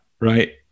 right